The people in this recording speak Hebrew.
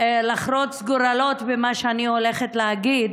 לחרוץ גורלות במה שאני הולכת להגיד,